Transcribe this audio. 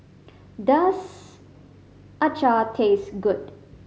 does acar taste good